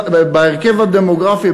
בהרכב הדמוגרפי,